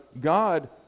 God